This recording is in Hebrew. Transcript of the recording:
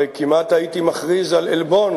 הרי כמעט הייתי מכריז על עלבון,